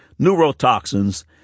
neurotoxins